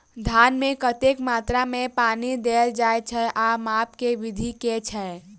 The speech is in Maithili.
धान मे कतेक मात्रा मे पानि देल जाएँ छैय आ माप केँ विधि केँ छैय?